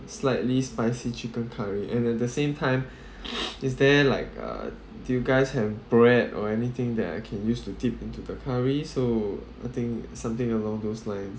slightly spicy chicken curry and at the same time is there like uh do you guys have bread or anything that I can use to dip into the curry so I think something along those lines